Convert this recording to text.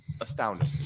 astounding